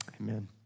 amen